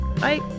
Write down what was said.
Bye